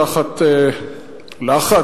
תחת לחץ,